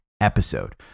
episode